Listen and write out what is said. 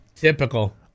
Typical